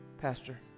Pastor